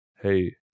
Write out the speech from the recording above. hey